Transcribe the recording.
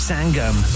Sangam